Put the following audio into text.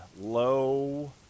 low